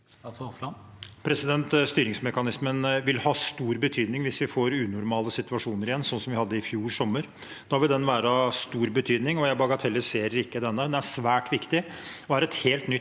Styringsmeka- nismen vil ha stor betydning hvis vi får unormale situasjoner igjen, sånn vi hadde i fjor sommer. Da vil den være av stor betydning, og jeg bagatelliserer ikke denne. Den er svært viktig, og det er et helt nytt